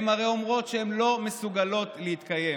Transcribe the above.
הן הרי אומרות שהן לא מסוגלות להתקיים.